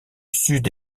sud